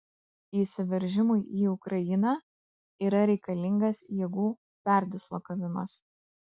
įsiveržimui į ukrainą yra reikalingas jėgų perdislokavimas